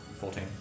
Fourteen